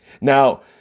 Now